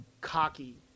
Cocky